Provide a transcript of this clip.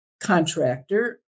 contractor